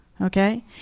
Okay